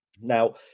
Now